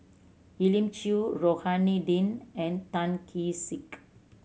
Elim Chew Rohani Din and Tan Kee Sek